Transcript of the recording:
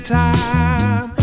time